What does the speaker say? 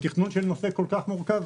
בתכנון של נושא כל כך מורכב